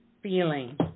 feeling